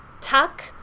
tuck